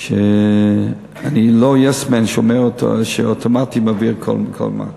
שאני לא "יס-מן" שאוטומטית מעביר כל דבר.